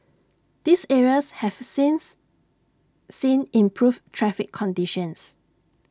these areas have since seen improved traffic conditions